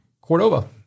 Cordova